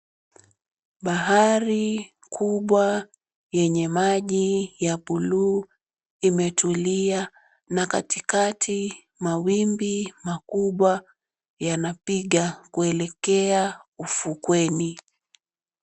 Bahari kubwa yenye maji ya bluu imetulia na katikati mawimbi makubwa yanapiga kuelekea ufukweni.